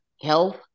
health